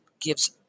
gives